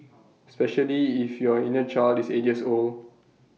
especially if your inner child is eight years old